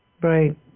Right